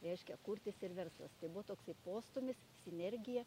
reiškia kurtis ir verslas tai buvo toksai postūmis sinergija